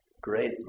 great